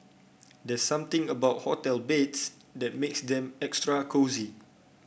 there's something about hotel beds that makes them extra cosy